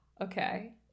Okay